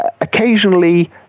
Occasionally